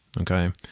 Okay